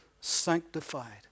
sanctified